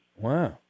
Wow